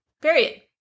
Period